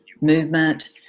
movement